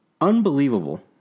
unbelievable